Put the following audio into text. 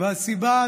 והסיבה,